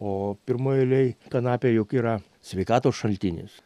o pirmoj eilėj kanapė juk yra sveikatos šaltinis